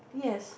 yes